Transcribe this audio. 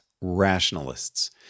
rationalists